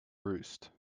roost